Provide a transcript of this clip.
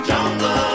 Jungle